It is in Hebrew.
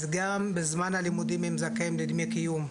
אז גם בזמן הלימודים הם זכאים לדמי קיום,